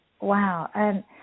Wow